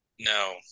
No